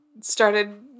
started